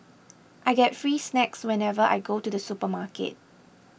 I get free snacks whenever I go to the supermarket